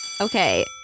Okay